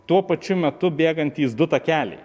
tuo pačiu metu bėgantys du takeliai